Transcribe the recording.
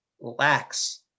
lax